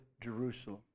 Jerusalem